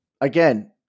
again